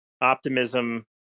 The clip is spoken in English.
Optimism